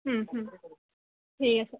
হুম হুম ঠিক আছে